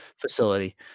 facility